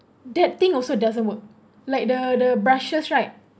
that thing also doesn't work like the the brushes right